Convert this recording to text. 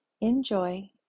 enjoy